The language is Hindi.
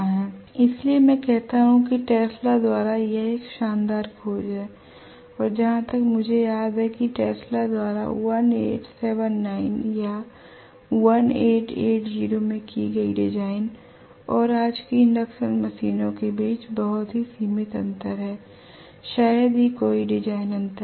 इसलिए मैं कहता हूं कि टेस्ला द्वारा यह एक शानदार खोज है और जहाँ तक मुझे याद है कि टेस्ला द्वारा 1879 या 1880 में की गई डिज़ाइन और आज की इंडक्शन मशीनों के बीच बहुत ही सीमित अंतर है शायद ही कोई डिज़ाइन अंतर है